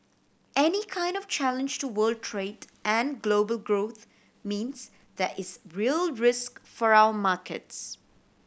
any kind of challenge to world trade and global growth means there is real risk for our markets